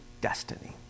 destiny